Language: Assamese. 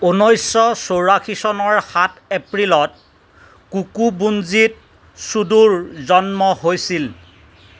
ঊনৈছশ চৌৰাশী চনৰ সাত এপ্ৰিলত কোকুবুঞ্জিত ছুডোৰ জন্ম হৈছিল